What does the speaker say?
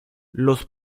los